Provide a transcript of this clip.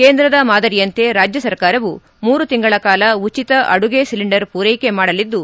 ಕೇಂದ್ರದ ಮಾದರಿಯಂತೆ ರಾಜ್ಜ ಸರ್ಕಾರವೂ ಮೂರು ತಿಂಗಳ ಕಾಲ ಉಚಿತ ಅಡುಗೆ ಸಿಲಿಂಡರ್ ಪೂರೈಕೆ ಮಾಡಲಿದ್ದು